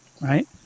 Right